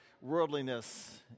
Worldliness